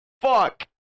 Fuck